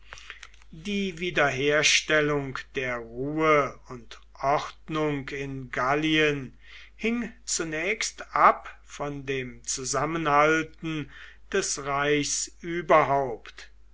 die wiederherstellung der ruhe und ordnung in gallien hing zunächst ab von dem zusammenhalten des reichs überhaupt